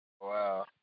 Wow